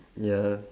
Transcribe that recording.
ya